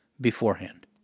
beforehand